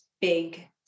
big